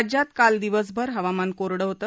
राज्यात काल दिवसभर हवामान कोरडं होत